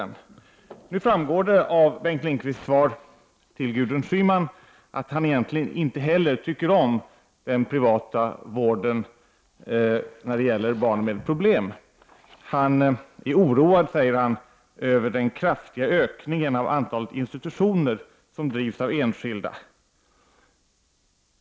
Nu framgår det av Bengt Lindqvists svar till Gudrun Schyman att han egentligen inte heller tycker om den privata vården när det gäller barn med problem. Han är oroad, säger han, över den kraftiga ökningen av antalet institutioner som drivs av enskilda.